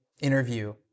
interview